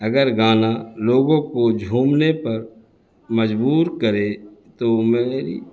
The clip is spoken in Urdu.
اگر گانا لوگوں کو جھومنے پر مجبور کرے تو میری